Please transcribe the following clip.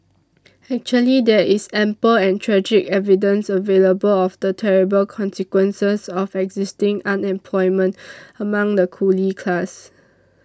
actually there is ample and tragic evidence available of the terrible consequences of existing unemployment among the coolie class